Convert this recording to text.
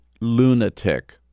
lunatic